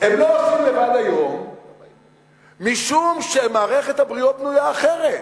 הם לא עושים בעצמם היום משום שמערכת הבריאות בנויה אחרת.